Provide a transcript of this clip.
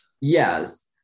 yes